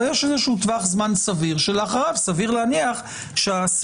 או שיש איזשהו טווח זמן סביר שלאחריו סביר להניח שהסבירות